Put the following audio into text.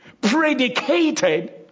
predicated